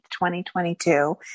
2022